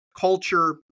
culture